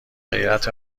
غیرت